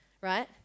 right